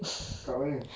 kat mana